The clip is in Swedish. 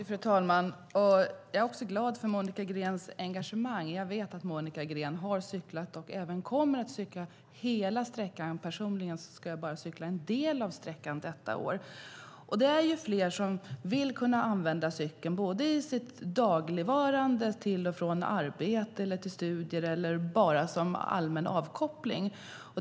Fru talman! Jag är glad över Monica Greens engagemang. Jag vet att Monica Green har cyklat och även kommer att cykla hela sträckan. Personligen ska jag bara cykla en del av sträckan i år. Jag vet att fler vill kunna använda cykeln till och från arbete och studier eller som allmän avkoppling.